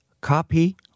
copy